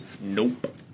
Nope